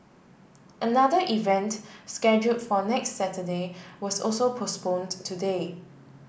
another event schedule for next Saturday was also postponed today